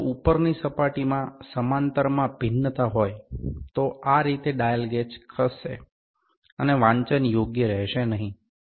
તેથી જો ઉપર ની સપાટી માં સમાંતર માં ભિન્નતા હોય તો આ રીતે ડાયલ ગેજ ખસશે અને વાંચન યોગ્ય રહેશે નહીં